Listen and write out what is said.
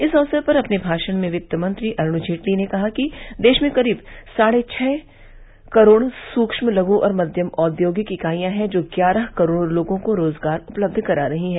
इस अवसर पर अपने भाषण में वित्त मंत्री अरूण जेटली ने कहा कि देश में करीब साढ़े छह करोड़ सूक्ष लघु और मच्यम औद्योगिक इकाईयां हैं जो ग्यारह करोड़ लोगों को रोजगार उपलब्ध करा रही हैं